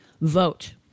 vote